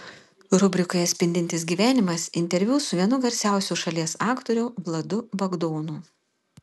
rubrikoje spindintis gyvenimas interviu su vienu garsiausių šalies aktorių vladu bagdonu